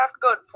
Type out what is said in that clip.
good